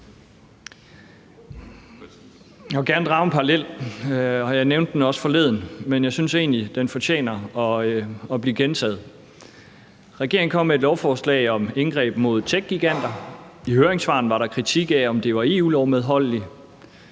Jeg vil gerne drage en parallel, og jeg nævnte den også forleden, men jeg synes egentlig, at den fortjener at blive gentaget: Regeringen kom med et lovforslag om indgreb mod techgiganter. I høringssvarene var der kritik af, om det var EU-lovmedholdeligt.